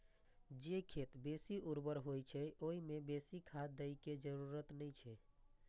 जे खेत बेसी उर्वर होइ छै, ओइ मे बेसी खाद दै के जरूरत नै छै